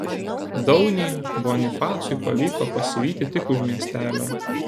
daunį bonifacui pavyko pasivyti tik už miestelio